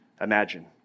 imagine